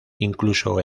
incluso